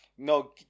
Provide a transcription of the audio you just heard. No